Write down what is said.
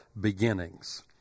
beginnings